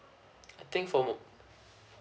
I think for mo~